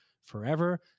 forever